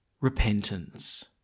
repentance